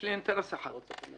יש לי אינטרס אחד פה.